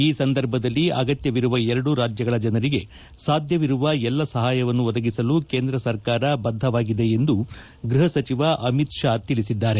ಈ ಸಂದರ್ಭದಲ್ಲಿ ಅಗತ್ಯವಿರುವ ಎರಡೂ ರಾಜ್ಗಳ ಜನರಿಗೆ ಸಾಧ್ಯವಿರುವ ಎಲ್ಲ ಸಹಾಯವನ್ನು ಒದಗಿಸಲು ಕೇಂದ್ರ ಸರ್ಕಾರ ಬದ್ದವಾಗಿದೆ ಎಂದು ಗ್ಚಹ ಸಚಿವ ಅಮಿತ್ ಶಾ ತಿಳಿಸಿದ್ದಾರೆ